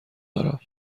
دارم